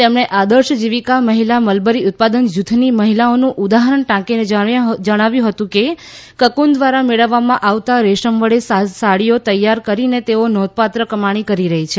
તેમણે આદર્શ જીવિકા મહિલા મલબરી ઉત્પાદન જૂથની મહિલાઓનું ઉદાહરણ ટાંકીને જણાવ્યું હતું કે કકુન દ્વારા મેળવવામાં આવતા રેશમ વડે સાડીઓ તૈયાર કરીને તેઓ નોંધપાત્ર કમાણી કરી રહી છે